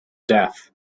death